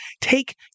take